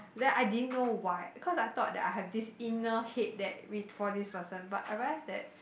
then I didn't know why cause I thought that I have this inner hate that with for this person but I realise that